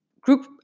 group